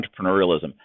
entrepreneurialism